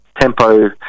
tempo